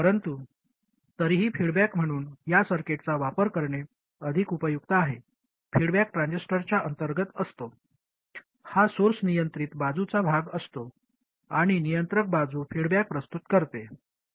परंतु तरीही फीडबॅक म्हणून या सर्किटचा विचार करणे अधिक उपयुक्त आहे फीडबॅक ट्रान्झिस्टरच्या अंतर्गत असतो हा सोर्स नियंत्रित बाजूचा भाग असतो आणि नियंत्रक बाजू फीडबॅक प्रस्तुत करते